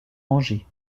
angers